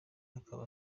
akaba